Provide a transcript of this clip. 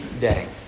day